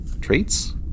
traits